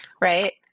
Right